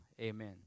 Amen